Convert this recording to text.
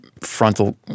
frontal